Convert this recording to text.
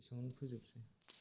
एसेयावनो फोजोबनोसै